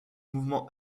mouvement